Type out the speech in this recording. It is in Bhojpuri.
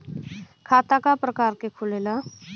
खाता क प्रकार के खुलेला?